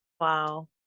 Wow